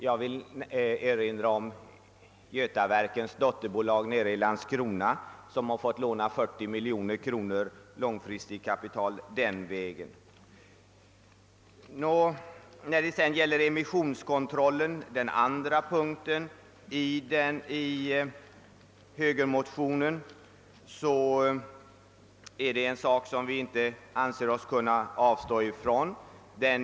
Jag vill erinra om att Götaverkens dotterbolag i Landskrona fått låna 40 miljoner kronor långfristigt kapital den vägen. Vad sedan gäller emissionskontrollen, den andra punkten i högermotionen, anser vi oss inte kunna avstå från den.